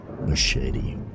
machete